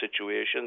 situations